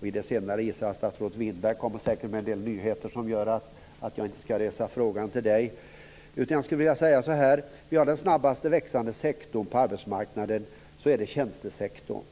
Beträffande det senare kommer statsrådet Winberg säkert med en del nyheter som gör att jag inte behöver ställa den frågan till Martin Nilsson. Jag skulle bara vilka säga så här. Den snabbast växande sektorn på arbetsmarknaden är tjänstesektorn.